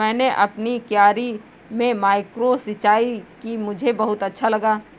मैंने अपनी क्यारी में माइक्रो सिंचाई की मुझे बहुत अच्छा लगा